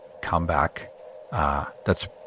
comeback—that's